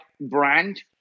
brand